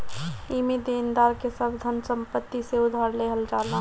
एमे देनदार के सब धन संपत्ति से उधार लेहल जाला